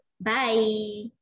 Bye